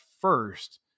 first